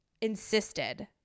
insisted